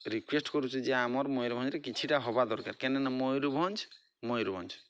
request କରୁଛି ଯେ ଆମର ମୟୂରଭଞ୍ଜରେ କିଛିଟା ହେବା ଦରକାର କାହିଁକି ନା ମୟୂରଭଞ୍ଜ ମୟୂରଭଞ୍ଜ